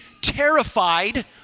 terrified